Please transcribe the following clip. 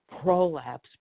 prolapse